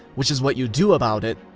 which is what you do about it,